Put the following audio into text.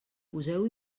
poseu